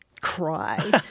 cry